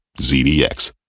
ZDX